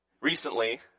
Recently